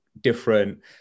different